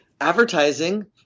advertising